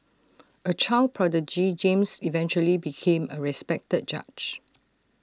A child prodigy James eventually became A respected judge